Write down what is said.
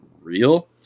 real